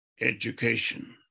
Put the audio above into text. education